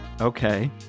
Okay